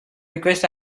request